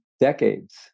decades